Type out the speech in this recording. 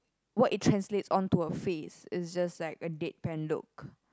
what it translates onto a face is just like a dead bent look